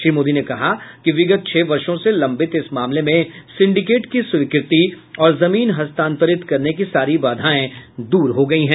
श्री मोदी ने कहा कि विगत छह वर्षों से लम्बित इस मामले में सिंडिकेट की स्वीकृति और जमीन हस्तांतरित करने की सारी बाधाएं दूर हो गई हैं